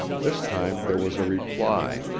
this time there was a reply,